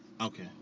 Okay